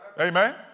Amen